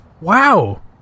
Wow